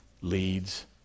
leads